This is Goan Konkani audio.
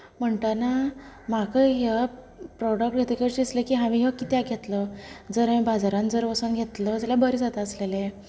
म्हणटना म्हाका ह्या प्रॉडक्ट घेतकीत अशें दिसलें की हांवेन ह्यो कित्याक घेतलो जर हांवेन जर बाजारान वचून जर घेतलो जाल्यार बरें जातासलेलें